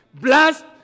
blast